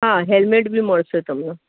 હા હેલમેટ બી મળશે તમને